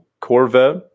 Corvette